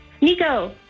Nico